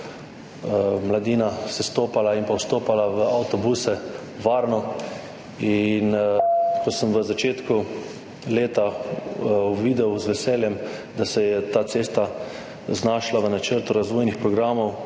mladina sestopala in vstopala v avtobuse varno. Ko sem v začetku leta z veseljem uvidel, da se je ta cesta znašla v načrtu razvojnih programov,